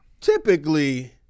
typically